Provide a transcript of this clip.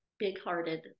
big-hearted